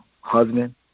husband